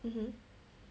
mmhmm